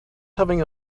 having